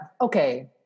Okay